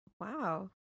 Wow